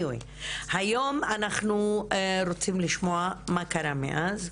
בכל אופן היום אנחנו רוצים לשמוע מה קרה מאז,